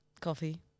Coffee